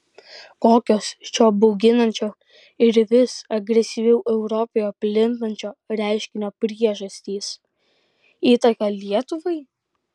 kokios šio bauginančio ir vis agresyviau europoje plintančio reiškinio priežastys įtaka lietuvai